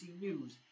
News